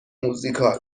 موزیکال